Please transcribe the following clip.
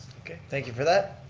thank you for that.